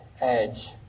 edge